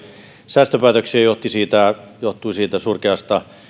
säästöpäätöksiä se johtui siitä surkeasta